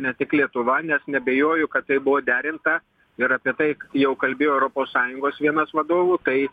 ne tik lietuva nes neabejoju kad tai buvo derinta ir apie tai jau kalbėjo europos sąjungos vienas vadovų tai